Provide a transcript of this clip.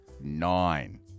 Nine